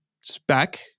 spec